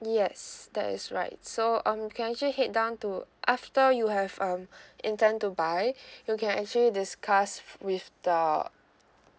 yes that is right so um you can actually head down to after you have um intend to buy you can actually discuss with the